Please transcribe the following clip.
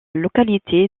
localité